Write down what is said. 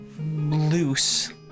loose